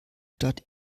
stadt